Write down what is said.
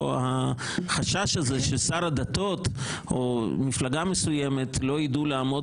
החשש הזה ששר הדתות או מפלגה מסוימת לא יידעו לעמוד